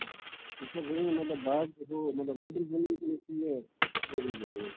ژےٚ چھُیا زٔمیٖن مطلب باغ ہُہ مطلب